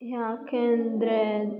ಯಾಕೆ ಅಂದರೆ